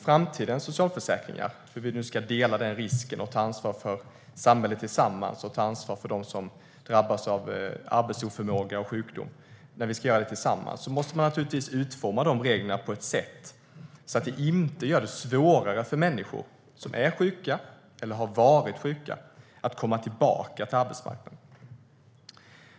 Hur ska vi då dela den risken, ta ansvar för samhället tillsammans och tillsammans ta ansvar för dem som drabbas av arbetsoförmåga och sjukdom? När man utformar framtidens socialförsäkringar måste man naturligtvis utforma reglerna på ett sätt så att vi inte gör det svårare för människor som är sjuka eller som har varit sjuka att komma tillbaka till arbetsmarknaden.